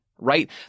Right